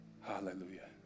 Hallelujah